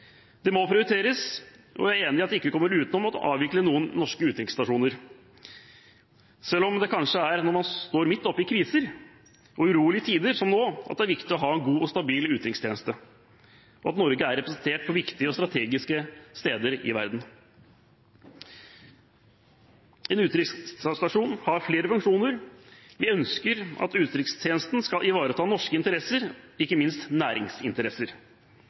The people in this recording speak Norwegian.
Det må prioriteres, og jeg er enig i at vi ikke kommer utenom å måtte avvikle noen norske utenriksstasjoner – selv om det kanskje er når man står midt oppe i kriser og urolige tider, som nå, at det er viktig å ha en god og stabil utenrikstjeneste, og at Norge er representert på viktige og strategiske steder i verden. En utenriksstasjon har flere funksjoner. Vi ønsker at utenrikstjenesten skal ivareta norske interesser, ikke minst næringsinteresser.